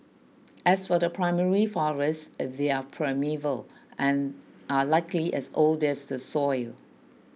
as for the primary forest they're primeval and are likely as old as the soil